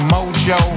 Mojo